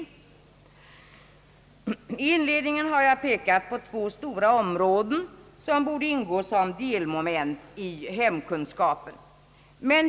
I min inledning har jag pekat på två stora områden, som borde ingå som delmoment i ämnet hemkunskap.